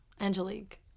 Angelique